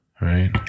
Right